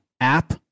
app